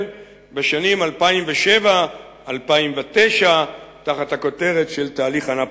בשנים 2007 2009 תחת הכותרת של תהליך אנאפוליס?